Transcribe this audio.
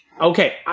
okay